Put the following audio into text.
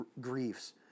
griefs